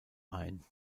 ein